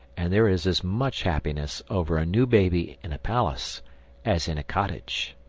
and there is as much happiness over a new baby in a palace as in a cottage.